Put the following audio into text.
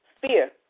fear